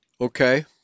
Okay